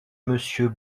monsieur